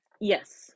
yes